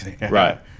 Right